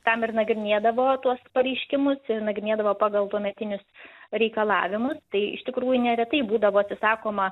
tam ir nagrinėdavo tuos pareiškimus ir nagrinėdavo pagal tuometinius reikalavimus tai iš tikrųjų neretai būdavo atsisakoma